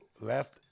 left